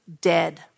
dead